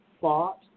fought